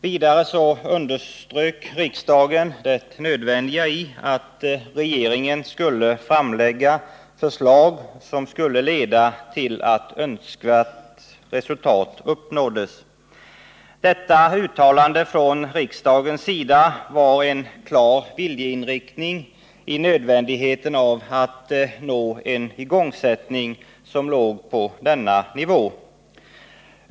Vidare underströk riksdagen det nödvändiga i att regeringen skulle framlägga förslag som skulle leda till att önskvärt resultat uppnåddes. Detta uttalande från riksdagens sida var en klar viljeinriktning i frågan om nödvändigheten av att nå en igångsättning som låg på denna nivå.